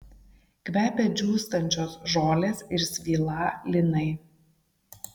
kvepia džiūstančios žolės ir svylą linai